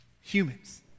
humans